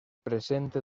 presente